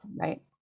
right